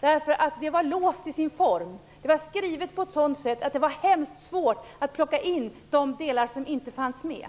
nämnt. Det var låst till sin form. Det var skrivet på ett sådant sätt att det var mycket svårt att få med de delar som inte fanns med.